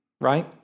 right